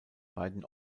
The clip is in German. beiden